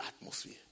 atmosphere